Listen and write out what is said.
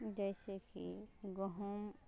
जैसे कि गहूम